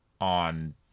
on